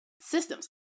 systems